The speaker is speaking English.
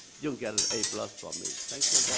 you'll get an a plus from me. thank